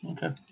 Okay